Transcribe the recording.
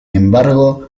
embargo